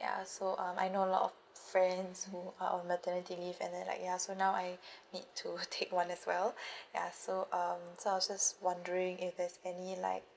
like ya so um I know a lot of friends move our on maternity leave and then like ya so now I need to take one as well ya so um so I was just wondering if there's any like